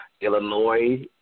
Illinois